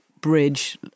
bridge